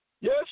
Yes